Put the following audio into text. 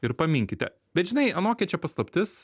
ir paminkyti bet žinai anokia čia paslaptis